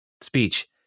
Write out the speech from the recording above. speech